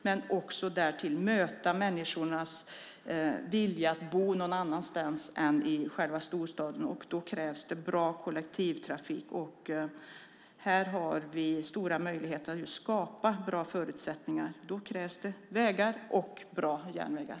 Därtill ska vi möta människornas vilja att bo någon annanstans än i själva storstaden. Då krävs bra kollektivtrafik. Här har vi stora möjligheter att skapa goda förutsättningar. Då krävs vägar och bra järnvägar.